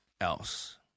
else